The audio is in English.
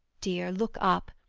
dear, look up,